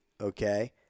okay